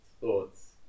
thoughts